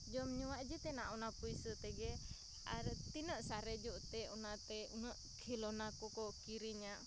ᱡᱚᱢᱼᱧᱩᱣᱟᱜ ᱡᱚᱛᱚᱱᱟᱜ ᱚᱱᱟ ᱯᱩᱭᱥᱟᱹᱛᱮᱜᱮ ᱟᱨ ᱛᱤᱱᱟᱹᱜ ᱥᱟᱨᱮᱡᱚᱜᱛᱮ ᱚᱱᱟᱛᱮ ᱩᱱᱟᱹᱜ ᱠᱷᱮᱞᱱᱟ ᱠᱚᱠᱚ ᱠᱤᱨᱤᱧᱟ